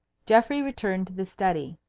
geoffrey returned to the study.